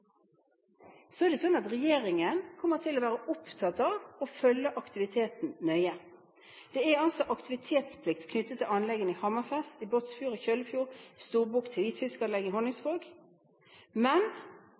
kommer til å være opptatt av å følge aktiviteten nøye. Det er altså aktivitetsplikt knyttet til anleggene i Hammerfest, i Båtsfjord, i Kjøllefjord,